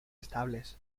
estables